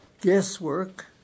guesswork